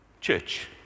Church